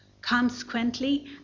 Consequently